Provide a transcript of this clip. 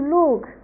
look